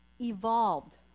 evolved